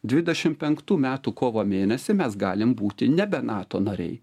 dvidešim penktų metų kovo mėnesį mes galim būti nebe nato nariai